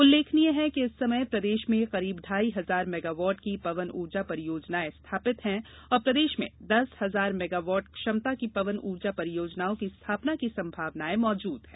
उल्लेखनीय है कि इस समय प्रदेश में करीब ढ़ाई हजार मेगावाट की पवन ऊर्जा परियोजनाएं स्थापित है और प्रदेश में दस हजार मेगावाट क्षमता की पवन ऊर्जा परियोजनाओं की स्थापना की संभावनाएं मौजूद है